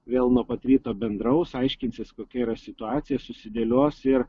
vėl nuo pat ryto bendraus aiškinsis kokia yra situacija susidėlios ir